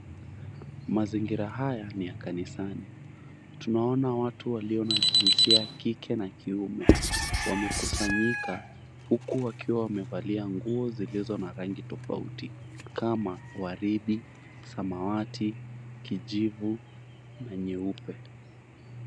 Mazingira haya ni ya kanisani tunaona watu walio na jinsia ya kike na kiume wamekusanyika, huku wakiwa wamevalia nguo zilizo na rangi tofauti kama waridi, samawati, kijivu na nyeupe.